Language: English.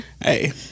Hey